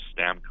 Stamkos